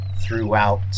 throughout